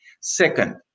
Second